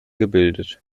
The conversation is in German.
gebildet